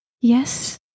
yes